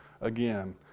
again